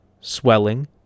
swelling